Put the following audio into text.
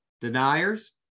deniers